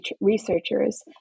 researchers